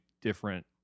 different